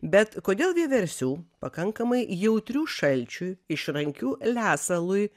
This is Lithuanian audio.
bet kodėl vieversių pakankamai jautrių šalčiui išrankių lesalui